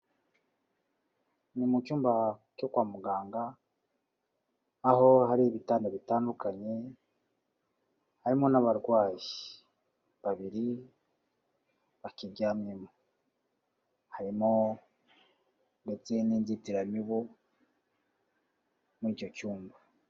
Ni mu cyumba cyo kwa muganga, aho hari ibitanda bitandukanye, harimo n'abarwayi babiri, bakiryamyemo. Harimo ndetse n'inzitiramibu, muri icyo cyumba.